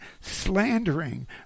slandering